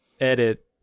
edit